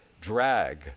drag